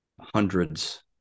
Hundreds